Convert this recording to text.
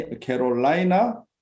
Carolina